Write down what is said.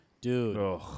Dude